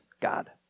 God